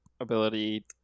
ability